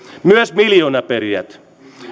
myös miljoonaperijät